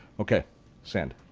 okay send.